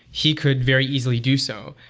he could very easily do so.